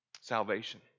salvation